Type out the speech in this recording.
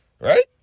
right